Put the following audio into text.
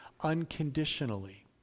unconditionally